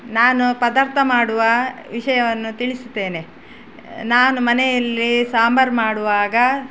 ನಾನು ಪದಾರ್ಥ ಮಾಡುವ ವಿಷಯವನ್ನು ತಿಳಿಸುತ್ತೇನೆ ನಾನು ಮನೆಯಲ್ಲಿ ಸಾಂಬಾರು ಮಾಡುವಾಗ